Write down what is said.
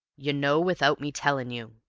you know without me tellin' you.